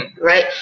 right